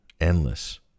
endless